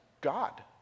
God